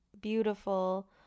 beautiful